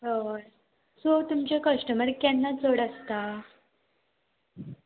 हय सो तुमचे कस्टमर केन्ना चड आसता